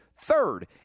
Third